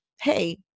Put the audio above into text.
hey